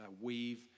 weave